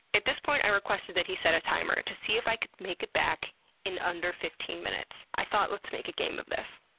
at this point i requested that he set a timer to see if i could make it back in under fifteen minutes. i thought, let's make a game of this.